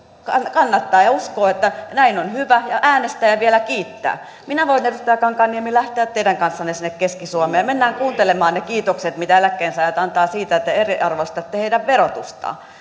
kannattaa ja uskoo että näin on hyvä ja äänestäjä vielä kiittää minä voin edustaja kankaanniemi lähteä teidän kanssanne sinne keski suomeen mennään kuuntelemaan ne kiitokset mitä eläkkeensaajat antavat siitä että te eriarvoistatte heidän verotustaan